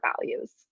values